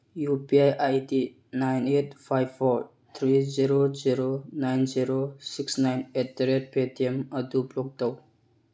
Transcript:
U P I I D nine eight five four three zero zero nine zero six nine eight ꯗ ꯔꯦꯠ ꯄꯦꯇꯤꯑꯦꯟ ꯑꯗꯨ block ꯇꯧ